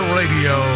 radio